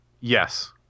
Yes